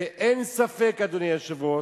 ואין ספק, אדוני היושב-ראש,